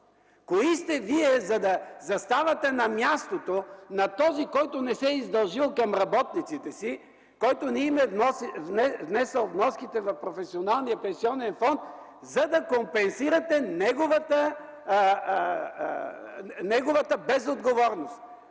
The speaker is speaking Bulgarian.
Кои сте вие, за да заставате на мястото на този, който не се е издължил към работниците си, който не им е внасял вноските в професионалния пенсионен фонд, за да компенсирате неговата безотговорност?!